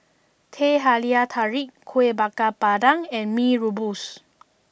Teh Halia Tarik Kuih Bakar Pandan and Mee Rebus